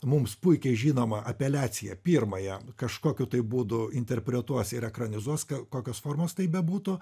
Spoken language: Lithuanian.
mums puikiai žinomą apeliaciją pirmąją kažkokiu būdu interpretuos ir ekranizuos kokios formos tai bebūtų